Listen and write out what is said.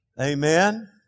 Amen